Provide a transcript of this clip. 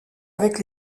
avec